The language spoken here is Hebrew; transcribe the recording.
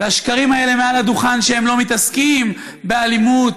והשקרים האלה, מעל הדוכן, שהם לא מתעסקים באלימות,